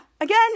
again